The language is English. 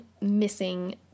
missing